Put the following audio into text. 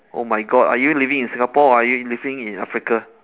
oh my god are you living in singapore or are you living in africa